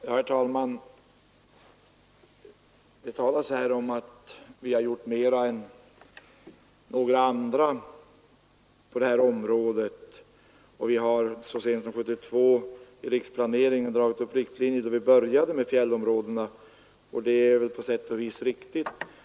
Herr talman! Det talas om att vi har gjort mer än andra på detta område. Vi har så sent som år 1972 vid riksplaneringen dragit upp riktlinjer för fjällområdena, och det är på sätt och vis riktigt.